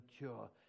mature